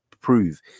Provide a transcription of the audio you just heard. prove